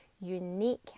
unique